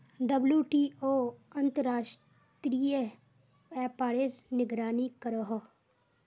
WTO अंतर्राश्त्रिये व्यापारेर निगरानी करोहो